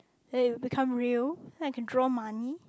then it become real then I can draw money